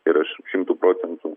ir aš šimtu procentų